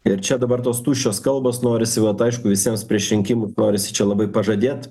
ir čia dabar tos tuščios kalbos norisi vat aišku visiems prieš rinkimus norisi čia labai pažadėt